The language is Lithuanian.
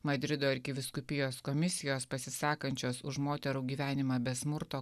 madrido arkivyskupijos komisijos pasisakančios už moterų gyvenimą be smurto